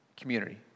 community